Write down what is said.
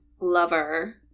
lover